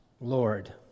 Lord